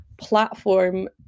platform